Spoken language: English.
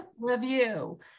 review